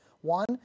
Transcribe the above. One